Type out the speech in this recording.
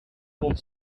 rond